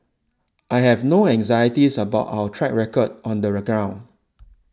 I have no anxieties about our track record on the reground